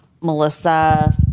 Melissa